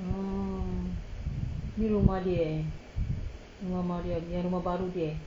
oh ni rumah dia eh yang rumah baru dia eh